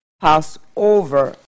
Passover